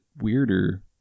weirder